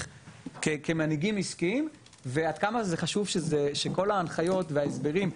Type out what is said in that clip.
כמנהיגים עסקיים ועד כמה שזה חשוב שכל ההנחיות וההסברים,